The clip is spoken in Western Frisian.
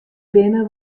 binne